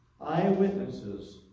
eyewitnesses